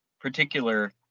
particular